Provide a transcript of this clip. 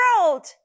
world